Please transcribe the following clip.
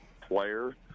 player